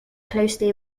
closely